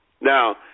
now